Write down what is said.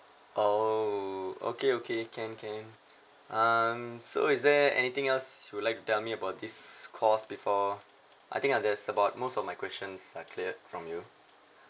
oh okay okay can can um so is there anything else you would like to tell me about this course before I think I'll just about most of my questions are cleared from you